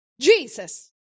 Jesus